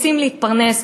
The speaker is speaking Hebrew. רוצים להתפרנס.